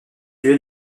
lieu